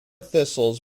thistles